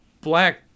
black